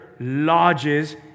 Lodges